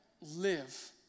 live